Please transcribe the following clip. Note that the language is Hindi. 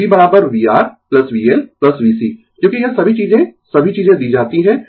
तो VvRVL VC क्योंकि यह सभी चीजें सभी चीजें दी जाती है